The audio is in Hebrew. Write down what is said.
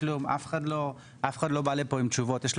היום ברוך ה'